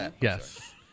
Yes